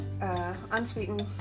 unsweetened